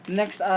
next